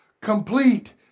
complete